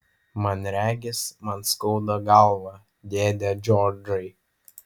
man regis man skauda galvą dėde džordžai